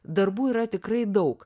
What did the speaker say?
darbų yra tikrai daug